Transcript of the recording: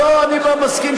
לא, אני לא מסכים.